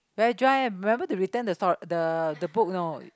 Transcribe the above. very dry eh remember to return the sto~ the the book you know